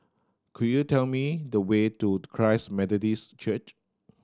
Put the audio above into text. could you tell me the way to Christ Methodist Church